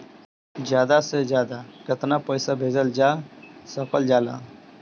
ज्यादा से ज्यादा केताना पैसा भेजल जा सकल जाला?